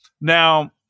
now